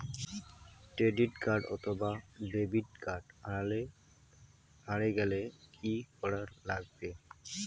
Credit card অথবা debit card হারে গেলে কি করা লাগবে?